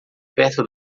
perto